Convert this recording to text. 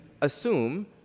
assume